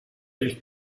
del